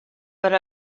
per